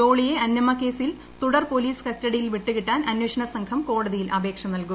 ജോളിയെ അന്നമ്മ കേസിൽ തുടർ പോലീസ് കസ്റ്റഡിയിൽ വിട്ടുകിട്ടാൻ അന്വേഷണസംഘം കോടതിയിൽ അപേക്ഷ നൽകും